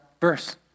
verse